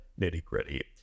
nitty-gritty